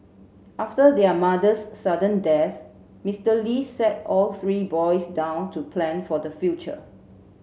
after their mother's sudden death Mister Li sat all three boys down to plan for the future